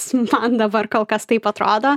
simfan davar kol kas taip atrodo